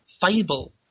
fable